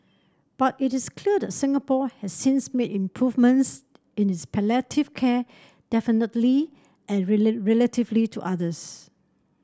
but it is clear that Singapore has since made improvements in its palliative care definitively and relatively to others